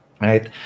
Right